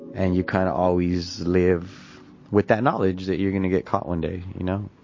and you kind of always live with that knowledge that you're going to get caught one day, you know?